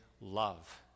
love